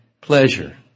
pleasure